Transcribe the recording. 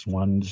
one